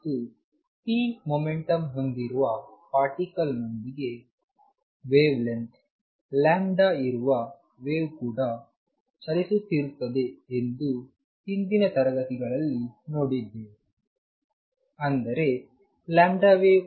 ಮತ್ತು P momentum ಹೊಂದಿರುವ particle ನೊಂದಿಗೆ ವೇವ್ ಲೆಂತ್ ಲ್ಯಾಮ್ದ ಇರುವ ವೇವ್ ಕೂಡ ಚಲಿಸುತ್ತಿರುತ್ತದೆ ಎಂದು ಹಿಂದಿನ ತರಗತಿಗಳಲ್ಲಿ ನೋಡಿದೆವು